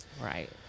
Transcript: right